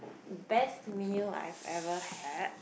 best meal I've ever had